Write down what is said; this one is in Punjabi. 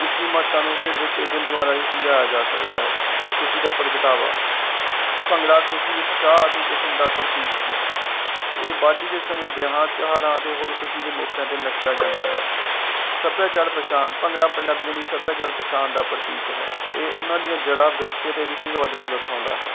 ਇਸਦੀ ਮਹੱਤਤਾ ਨੂੰ ਹੇਠ ਦਿੱਤੇ ਬਿਨ ਦੁਆਰਾ ਹੀ ਸਮਝਾਇਆ ਜਾ ਸਕਦਾ ਹੈ ਖੁਸ਼ੀ ਦਾ ਪ੍ਰਗਟਾਵਾ ਭੰਗੜਾ ਖੁਸ਼ੀ ਉਤਸਾਹ ਅਤੇ ਜਸ਼ਨ ਦਾ ਪ੍ਰਤੀਕ ਹੈ ਇਹ ਬਾਢੀ ਦੇ ਸਮੇਂ ਵਿਆਹਾ ਤਿਓਹਾਰਾ ਤੇ ਹੋਰ ਖੁਸ਼ੀ ਦੇ ਮੌਕੇ ਤੇ ਨੱਚਾ ਜਾਂਦਾ ਹੈ ਸੱਭਿਆਚਾਰ ਪਹਿਚਾਣ ਭੰਗੜਾ ਪੰਜਾਬੀਆਂ ਦੀ ਸੱਭਿਆਚਾਰ ਪਹਿਛਾਣ ਦਾ ਪ੍ਰਤੀਕ ਹੈ ਇਹ ਉਹਨਾਂ ਦੀਆਂ ਜੜਾਂ ਵਿਰਸੇ ਤੇ ਆਵਾਜ਼ਾਂ ਨੂੰ ਦਰਸਾਉਂਦਾ ਹੈ